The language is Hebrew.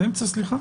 היא באמצע, סליחה.